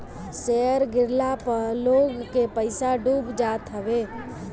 share गिरला पअ लोग के पईसा डूब जात हवे